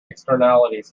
externalities